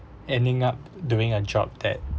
ending up doing a job that